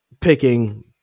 picking